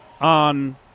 on